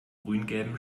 grüngelben